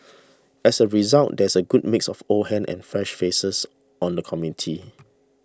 as a result there is a good mix of old hands and fresh faces on the committee